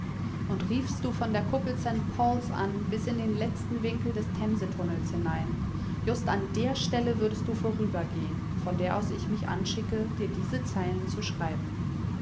und riefest du von der kuppel st pauls an bis in den letzten winkel des themsetunnels hinein just an der stelle würdest du vorübergehn von der aus ich mich anschicke dir diese zeilen zu schreiben